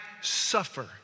suffer